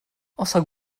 außer